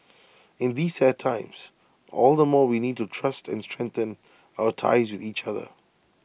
in these sad times all the more we need to trust and strengthen our ties with each other